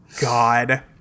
God